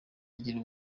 gira